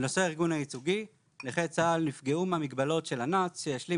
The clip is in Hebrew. בנושא הארגון הייצוגי נכי צה"ל נפגעו מהמגבלות של אנ"צ שהשלים